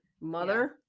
mother